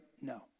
No